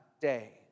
day